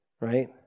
right